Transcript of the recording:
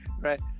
Right